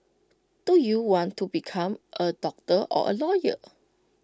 do you want to become A doctor or A lawyer